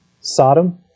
Sodom